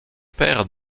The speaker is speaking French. père